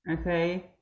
Okay